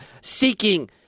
seeking